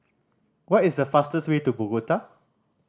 what is the fastest way to Bogota